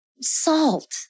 salt